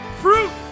fruit